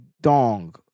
Dong